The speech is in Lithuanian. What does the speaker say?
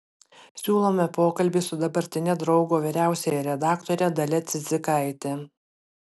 siūlome pokalbį su dabartine draugo vyriausiąja redaktore dalia cidzikaite